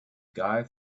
guy